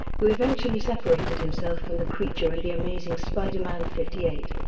who eventually separated himself from the creature in the amazing spider-man fifty eight,